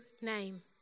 name